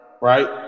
right